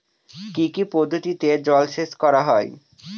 কি কি পদ্ধতিতে জলসেচ করা হয়?